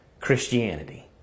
Christianity